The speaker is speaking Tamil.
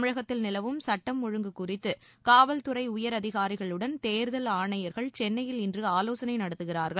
தமிழகத்தில் நிலவும் சுட்டம் ஒழுங்கு குறித்து காவல்துறை உயர் அதிகாரிகளுடன் தேர்தல் ஆணையர்கள் சென்னையில் இன்று ஆலோசனை நடத்துகிறார்கள்